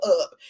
up